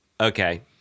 okay